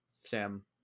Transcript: Sam